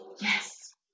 Yes